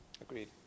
agreed